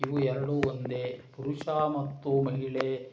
ಇವು ಎರಡು ಒಂದೇ ಪುರುಷ ಮತ್ತು ಮಹಿಳೆ